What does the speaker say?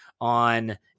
on